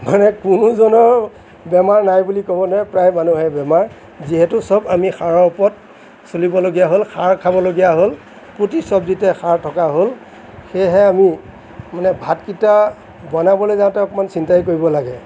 মানে কোনোজনৰ বেমাৰ নাই বুলি ক'ব নোৱাৰে প্ৰায় মানুহৰে বেমাৰ যিহেতু চব আমি সাৰৰ ওপৰত চলিবলগীয়া হ'ল সাৰ খাবলগীয়া হ'ল প্ৰতি চবজিতে সাৰ থকা হ'ল সেয়েহে আমি মানে ভাতকিটা বনাবলৈ যাওঁতে অকণমান চিন্তাই কৰিব লাগে